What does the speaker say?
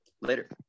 Later